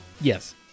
Yes